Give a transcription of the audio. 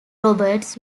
roberts